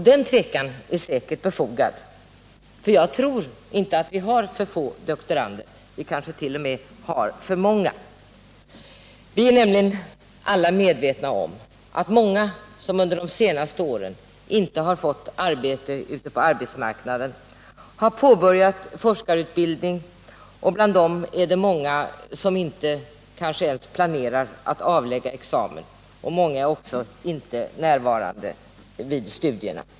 Den tvekan är säkert befogad, för jag tror inte att vi har för få doktorander. Vi kanske till och med har för många. Vi är nämligen alla medvetna om att många som under de senaste åren inte har fått arbete ute på arbetsmarknaden har påbörjat forskarutbildning och att det bland dem finns många som kanske inte ens planerar att avlägga examen. Många är inte heller närvarande.